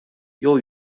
jew